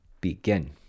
begin